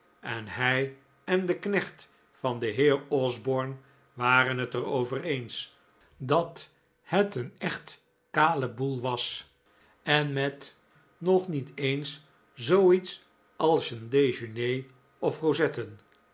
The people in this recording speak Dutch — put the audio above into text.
en hij en de knecht van den heer osborne waren het er over eens dat het een echt kale boel was en met nog niet eens zooiets als een dejeuner of rozetten